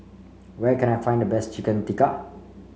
where can I find the best Chicken Tikka